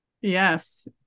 Yes